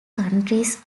countries